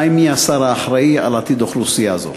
2. מי השר האחראי לעתיד אוכלוסייה זו?